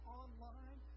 online